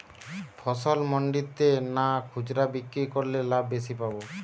ফসল মন্ডিতে না খুচরা বিক্রি করলে লাভ বেশি পাব?